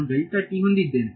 ನಾನು ಹೊಂದಿದ್ದೇನೆ